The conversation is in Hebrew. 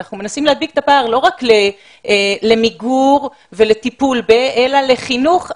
אנחנו מנסים להדביק את הפער לא רק למיגור ולטיפול אלא בחינוך הפוך,